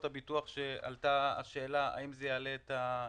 הביטוח כאשר עלתה השאלה האם זה יעלה את הפרמיות?